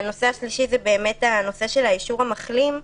הנושא השלישי זה הנושא של אישור המחלים,